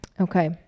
Okay